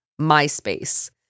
MySpace